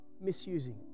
Misusing